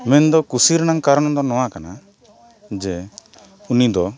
ᱢᱮᱱᱫᱚ ᱠᱩᱥᱤ ᱨᱮᱱᱟᱜ ᱠᱟᱨᱚᱱ ᱫᱚ ᱱᱚᱣᱟ ᱠᱟᱱᱟ ᱡᱮ ᱩᱱᱤ ᱫᱚ